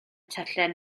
tyllau